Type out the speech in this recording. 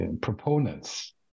proponents